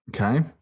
Okay